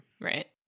Right